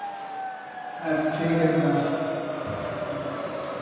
ᱦᱮᱸ ᱴᱷᱤᱠ ᱜᱮᱭᱟ ᱛᱟᱦᱚᱞᱮ ᱢᱟ ᱦᱮᱸ